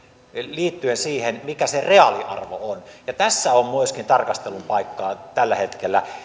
liittyen siihen mikä se reaaliarvo on ja tässä on myöskin tarkastelun paikkaa tällä hetkellä